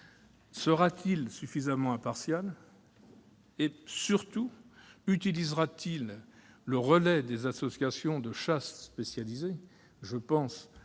sera-t-il suffisamment impartial et, surtout, utilisera-t-il le relais des associations spécialisées